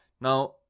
Now